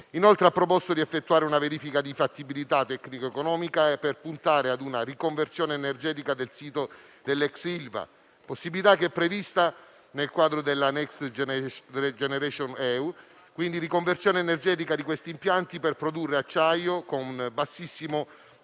Inoltre, egli ha proposto di effettuare una verifica di fattibilità tecnico-economica, per puntare a una riconversione energetica del sito dell'ex Ilva. Tale possibilità è prevista nel quadro del Next generation EU, con la riconversione energetica di questi impianti, per produrre acciaio con bassissimo impatto